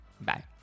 Bye